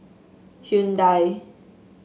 Hyundai